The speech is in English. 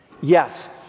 Yes